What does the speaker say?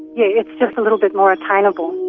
yeah it's just a little bit more attainable.